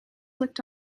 looked